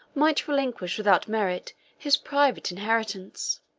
might relinquish without merit his private inheritance.